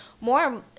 more